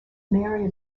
mary